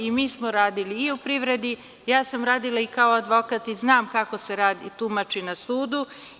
I mi smo radili u privredi, a ja sam radila i kao advokat i znam kako se tumači na sudu.